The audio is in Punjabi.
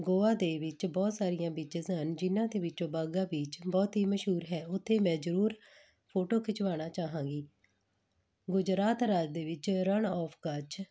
ਗੋਆ ਦੇ ਵਿੱਚ ਬਹੁਤ ਸਾਰੀਆਂ ਬੀਚਸ ਸਨ ਜਿਨ੍ਹਾਂ ਦੇ ਵਿੱਚੋਂ ਬਾਗਾ ਬੀਚ ਬਹੁਤ ਹੀ ਮਸ਼ਹੂਰ ਹੈ ਉੱਥੇ ਮੈਂ ਜ਼ਰੂਰ ਫੋਟੋ ਖਿਚਵਾਉਣਾ ਚਾਹਾਂਗੀ ਗੁਜਰਾਤ ਰਾਜ ਦੇ ਵਿੱਚ ਰਣ ਆਫ ਕੱਛ